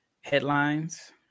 headlines